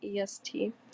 EST